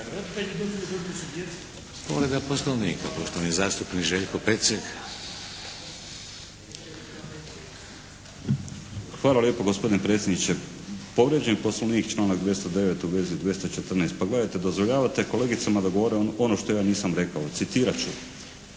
Hvala lijepo gospodine predsjedniče. Povrijeđen je Poslovnik članak 209. u vezi 214. Pa gledajte, dozvoljavate kolegicama da govore ono što ja nisam rekao. Citirat